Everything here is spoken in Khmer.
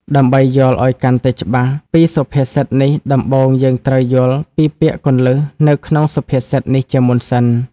ដើម្បីយល់ឲ្យកាន់តែច្បាស់ពីសុភាសិតនេះដំបូងយើងត្រូវយល់ពីពាក្យគន្លឹះនៅក្នុងសុភាសិតនេះជាមុនសិន។